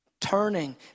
turning